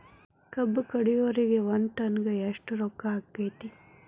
ಕಬ್ಬು ಕಡಿಯುವರಿಗೆ ಒಂದ್ ಟನ್ ಗೆ ಎಷ್ಟ್ ರೊಕ್ಕ ಆಕ್ಕೆತಿ?